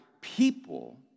people